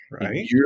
right